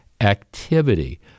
activity